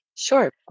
Sure